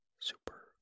super